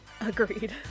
Agreed